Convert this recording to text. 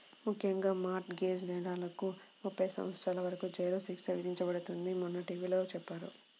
ముఖ్యంగా mortgage నేరాలకు ముప్పై సంవత్సరాల వరకు జైలు శిక్ష విధించబడుతుందని మొన్న టీ.వీ లో చెప్పారు